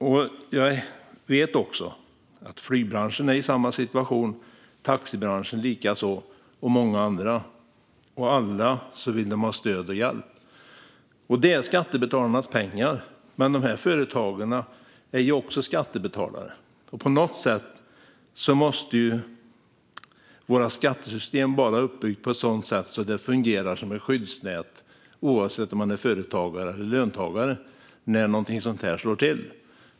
Jag vet att också flygbranschen är i samma situation, liksom taxibranschen och många andra. Alla vill ha stöd och hjälp. Det är skattebetalarnas pengar, men dessa företagare är ju också skattebetalare. Vårt skattesystem måste vara uppbyggt på ett sådant sätt att det fungerar som ett skyddsnät, oavsett om man är företagare eller löntagare, när något sådant här slår till.